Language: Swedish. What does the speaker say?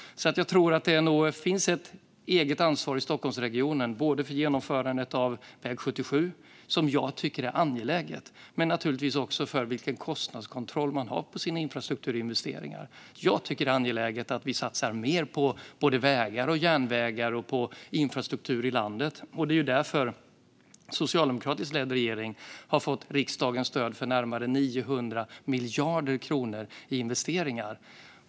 Jag tror alltså att det finns ett eget ansvar i Stockholmsregionen, inte bara för genomförandet av väg 77 - som jag tycker är angeläget - utan naturligtvis också för vilken kostnadskontroll man har på sina infrastrukturinvesteringar. Jag tycker att det är angeläget att vi satsar mer på både vägar och järnvägar och på infrastruktur i landet, och det är därför en socialdemokratiskt ledd regering har fått riksdagens stöd för närmare 900 miljarder kronor i investeringar.